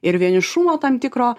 ir vienišumo tam tikro